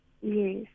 Yes